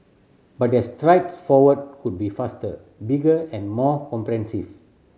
but their strides forward could be faster bigger and more comprehensive